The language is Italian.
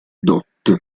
dott